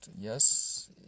yes